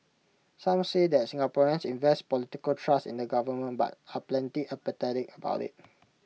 some say that Singaporeans invest political trust in the government but are pretty apathetic about IT